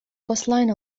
coastline